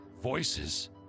Voices